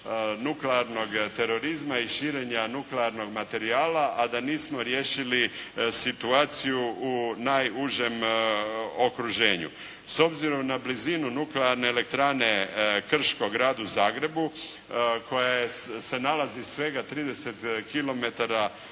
nuklearnog terorizma i širenja nuklearnog materijala a da nismo riješili situaciju u najužem okruženju. S obzirom na blizinu Nuklearne elektrane Krško gradu Zagrebu koja se nalazi svega 30